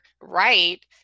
right